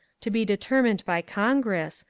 to be determined by congress,